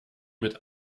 mit